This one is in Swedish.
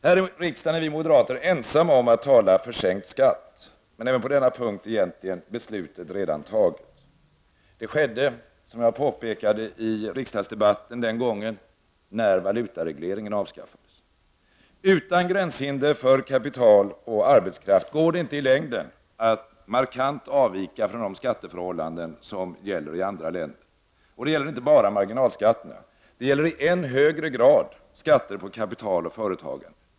Här i riksdagen är vi moderater ensamma om att tala för sänkt skatt. Även på denna punkt är beslutet egentligen redan fattat. Det skedde, som jag påpekade i riksdagsdebatten den gången, när valutaregleringen avskaffades. Utan gränshinder för kapital och arbetskraft går det inte i längden att markant avvika från de skatteförhållanden som gäller i andra länder. Det gäller inte bara marginalskatterna. Det gäller i än högre grad skatter på kapital och företagande.